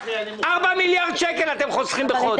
4 מיליארד שקל אתם חוסכים בחודש.